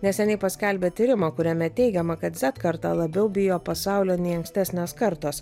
neseniai paskelbė tyrimą kuriame teigiama kad zet karta labiau bijo pasaulio nei ankstesnės kartos